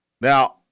Now